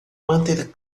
manter